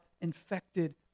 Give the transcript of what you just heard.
infected